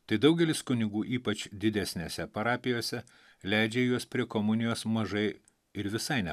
tai daugelis kunigų ypač didesnėse parapijose leidžia juos prie komunijos mažai ir visai ne